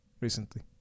recently